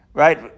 right